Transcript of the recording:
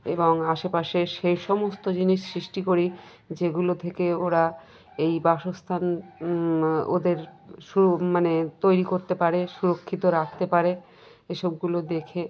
এবং আশেপাশে সেই সমস্ত জিনিস সৃষ্টি করি যেগুলো থেকে ওরা এই বাসস্থান ওদের মানে তৈরি করতে পারে সুরক্ষিত রাখতে পারে এ সবগুলো দেখে